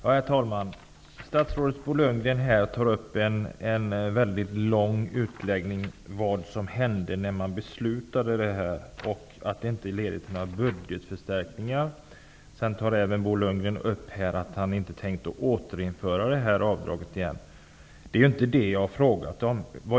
Herr talman! Statsrådet Bo Lundgren gjorde en mycket lång utläggning om vad som hände när beslutet fattades och sade att det inte ledde till några budgetförstärkningar. Bo Lundgren tog vidare upp att han inte har tänkt återinföra avdraget. Det är inte detta jag har frågat om.